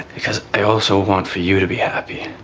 because i also want for you to be happy.